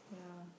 ya